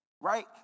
right